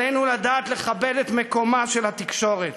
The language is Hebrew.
עלינו לדעת לכבד את מקומה של התקשורת,